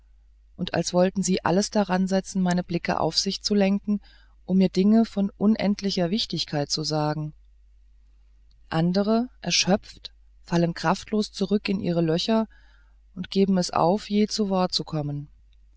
und als wollten sie alles daran setzen meine blicke auf sich zu lenken um mir dinge von unendlicher wichtigkeit zu sagen andere erschöpft fallen kraftlos zurück in ihre löcher und geben es auf je zu worte zu kommen